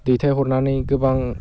दैथायहरनानै गोबां